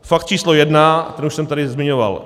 Fakt číslo jedna, ten už jsem tady zmiňoval.